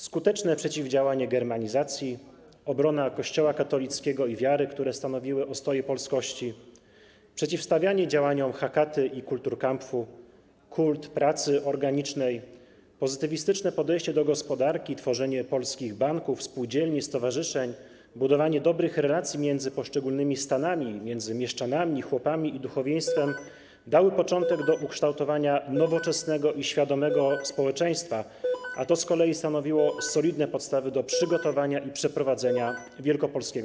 Skuteczne przeciwdziałanie germanizacji, obrona Kościoła katolickiego i wiary, które stanowiły ostoję polskości, przeciwstawianie się działaniom Hakaty i Kulturkampfu, kult pracy organicznej, pozytywistyczne podejście do gospodarki, tworzenie polskich banków, spółdzielni i stowarzyszeń i budowanie dobrych relacji między poszczególnymi stanami, mieszczanami, chłopami i duchowieństwem - to dało początek ukształtowaniu się nowoczesnego i świadomego społeczeństwa, co z kolei stanowiło solidne podstawy do przygotowania i przeprowadzenia powstania wielkopolskiego.